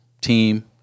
team